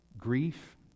grief